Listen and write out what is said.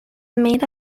made